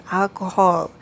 alcohol